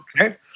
Okay